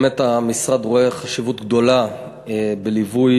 באמת המשרד רואה חשיבות גדולה בליווי